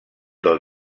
del